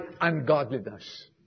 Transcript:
ungodliness